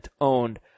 owned